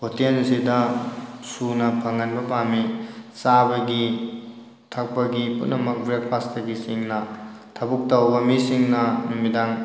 ꯍꯣꯇꯦꯜꯁꯤꯗ ꯁꯨꯅ ꯐꯪꯍꯟꯕ ꯄꯥꯝꯃꯤ ꯆꯥꯕꯒꯤ ꯊꯛꯄꯒꯤ ꯄꯨꯝꯅꯃꯛ ꯕ꯭ꯔꯦꯛ ꯐꯥꯁꯠꯇꯒꯤ ꯆꯤꯡꯅ ꯊꯕꯛ ꯇꯧꯕ ꯃꯤꯁꯤꯡꯅ ꯅꯨꯃꯤꯗꯥꯡ